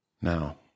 Now